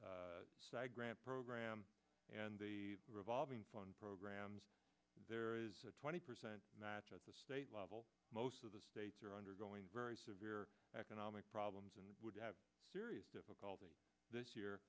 grant program and the revolving fund programs there is a twenty percent match at the state level most of the states are undergoing very severe economic problems and would have serious difficulty this year